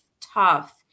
tough